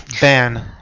ban